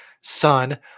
Son